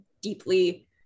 deeply